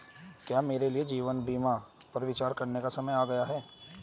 क्या मेरे लिए जीवन बीमा पर विचार करने का समय आ गया है?